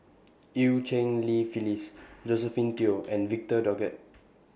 EU Cheng Li Phyllis Josephine Teo and Victor Doggett